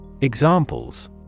examples